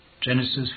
Genesis